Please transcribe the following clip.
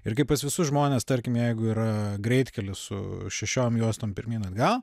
ir kai pas visus žmones tarkim jeigu yra greitkelis su šešiom juostom pirmyn atgal